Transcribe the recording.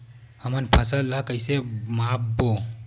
हमन फसल ला कइसे माप बो?